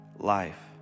life